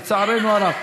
לצערנו הרב.